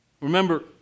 Remember